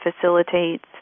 facilitates